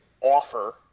offer